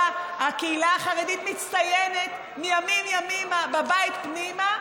הקהילה החרדית מצטיינת מימים ימימה בבית פנימה,